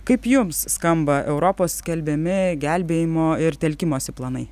kaip jums skamba europos skelbiami gelbėjimo ir telkimosi planai